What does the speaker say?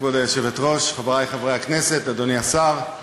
כבוד היושבת-ראש, חברי חברי הכנסת, אדוני השר,